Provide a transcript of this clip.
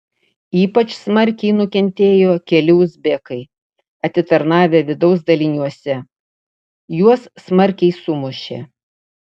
ypač smarkiai nukentėjo keli uzbekai atitarnavę vidaus daliniuose juos smarkiai sumušė